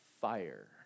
fire